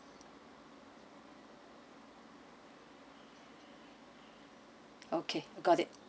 okay got it